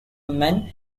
men